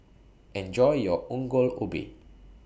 Enjoy your Ongol Ubi